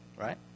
right